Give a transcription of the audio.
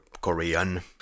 Korean